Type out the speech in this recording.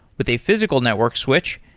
but a physical network switch,